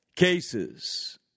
Cases